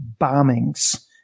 bombings